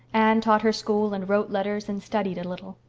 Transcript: anne taught her school and wrote letters and studied a little.